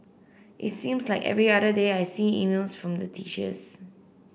it seems like every other day I see emails from the teachers